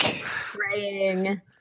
Praying